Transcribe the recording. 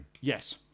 Yes